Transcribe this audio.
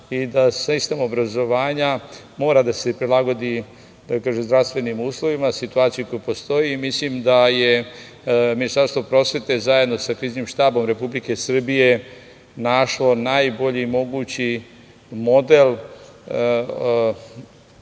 i da sistem obrazovanja mora da se prilagodi, da kažem, zdravstvenim uslovima, situaciji koja postoji i mislim da je Ministarstvo prosvete, zajedno sa Kriznim štabom Republike Srbije našlo najbolji mogući model